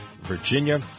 Virginia